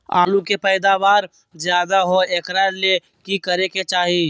आलु के पैदावार ज्यादा होय एकरा ले की करे के चाही?